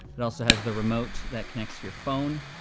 it also has the remote that connects to your phone.